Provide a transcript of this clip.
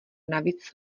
navíc